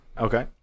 Okay